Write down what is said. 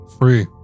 free